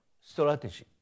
strategy